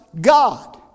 God